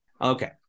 Okay